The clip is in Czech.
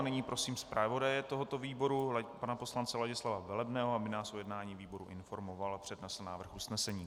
CNyní prosím zpravodaje tohoto výboru pana poslance Ladislava Velebného, aby nás o jednání výboru informoval a přednesl návrh usnesení.